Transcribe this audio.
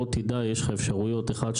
בוא תדע יש לך אפשרויות אחת,